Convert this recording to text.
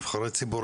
נבחרי ציבור,